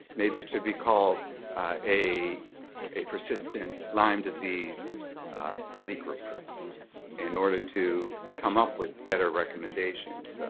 maybe it should be called a a persistent lyme disease study group in order to come up with better recommendations.